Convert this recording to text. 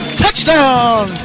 touchdown